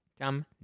dumb